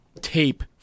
tape